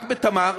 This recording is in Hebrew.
רק ב"תמר",